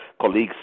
colleagues